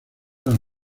las